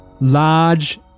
Large